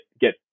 get